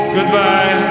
Goodbye